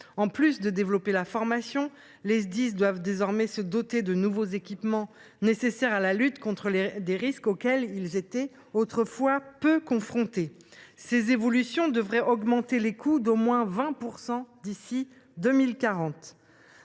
En plus de développer la formation, ils doivent désormais se doter de nouveaux équipements nécessaires à la lutte contre des risques auxquels ils étaient autrefois peu confrontés. Ces évolutions devraient accroître les coûts qu’ils supportent